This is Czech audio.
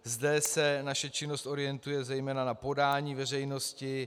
Zde se naše činnost orientuje zejména na podání veřejnosti.